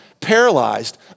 paralyzed